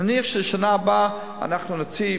נניח שבשנה הבאה אנחנו נוציא.